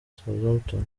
southampton